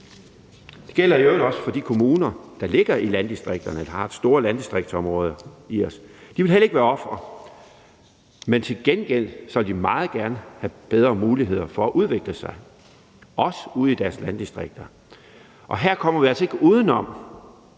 Det gælder i øvrigt også for de kommuner, der ligger i landdistrikterne og har store landdistriktsområder i sig. De vil heller ikke være ofre. Men til gengæld vil de meget gerne have bedre muligheder for at udvikle sig, også ude i deres landdistrikter. Her kommer vi altså ikke uden om,